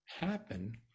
happen